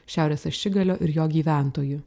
šiaurės ašigalio ir jo gyventojų